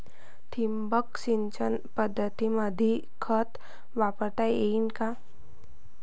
ठिबक सिंचन पद्धतीमंदी खत वापरता येईन का?